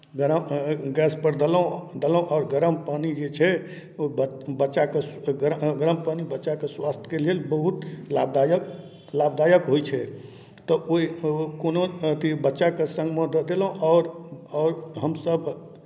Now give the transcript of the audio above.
गरम गैसपर देलहुँ देलहुँ आओर गरम पानि जे छै ओ ब् बच्चाके ग गरम गरम पानि बच्चाके स्वास्थ्यके लेल बहुत लाभदायक लाभदायक होइ छै तऽ ओहि कोनो अथि बच्चाके सङ्गमे दऽ देलहुँ आओर आओर हमसभ